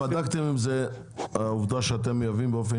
אתם בדקתם אם העובדה שאתם מייבאים באופן